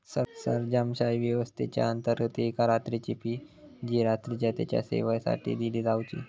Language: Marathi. सरंजामशाही व्यवस्थेच्याअंतर्गत एका रात्रीची फी जी रात्रीच्या तेच्या सेवेसाठी दिली जावची